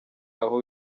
aho